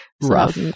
rough